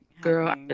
girl